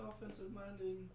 offensive-minded